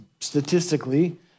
statistically